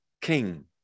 king